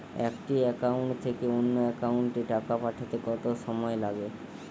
একটি একাউন্ট থেকে অন্য একাউন্টে টাকা পাঠাতে কত সময় লাগে?